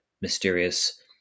mysterious